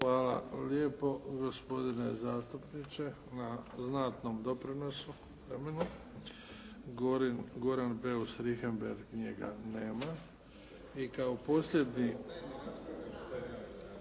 Hvala lijepo gospodine zastupniče na znatnom doprinosu u terminu. Goran Beus Richembergh. Njega nema. I kao posljednji